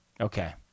Okay